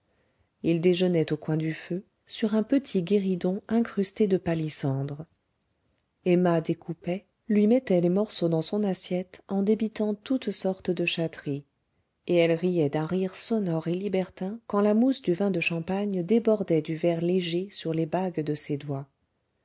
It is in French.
ils déjeunaient au coin du feu sur un petit guéridon incrusté de palissandre emma découpait lui mettait les morceaux dans son assiette en débitant toutes sortes de chatteries et elle riait d'un rire sonore et libertin quand la mousse du vin de champagne débordait du verre léger sur les bagues de ses doigts